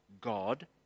God